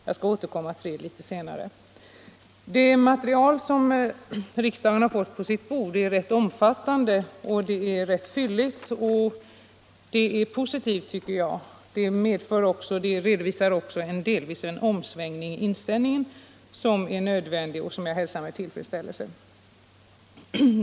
Jag skall återkomma till den litet senare. Det material som riksdagen fått på sitt bord är rätt omfattande och fylligt, och det tycker jag är positivt. Det redovisar också delvis en omsvängning i inställningen som är nödvändig och som jag hälsar med tillfredsställelse.